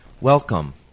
Welcome